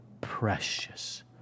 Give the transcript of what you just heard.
precious